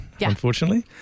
unfortunately